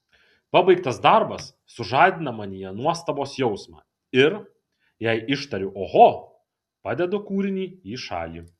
pabaigtas darbas sužadina manyje nuostabos jausmą ir jei ištariu oho padedu kūrinį į šalį